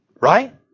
Right